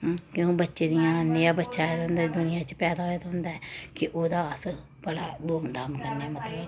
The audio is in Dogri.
क्यों बच्चे दियां नेहा बच्चा आए दा होंदा दुनिया च पैदा होए दा होंदा ऐ कि ओह्दा अस बड़ा धूम धाम कन्नै मतलब